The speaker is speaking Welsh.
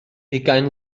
ugain